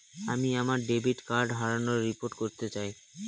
আমি আমার debit card হারানোর রিপোর্ট করতে চাই